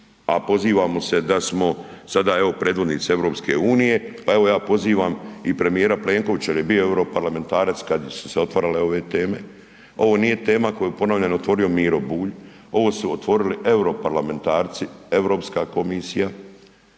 a pozivamo se da smo sada evo predvodnice EU, pa evo ja pozivam i premijera Plenkovića jer je bio europarlamentarac kad su se otvarale ove teme, ovo nije tema koju je ponovljeno otvorio Miro Bulj, ovo su otvorili europarlamentarci, EU komisija